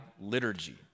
liturgy